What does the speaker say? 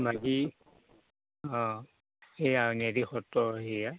বাকী অ' সেয়া সত্ৰ সেয়া